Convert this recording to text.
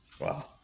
Wow